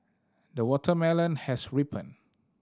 the watermelon has ripened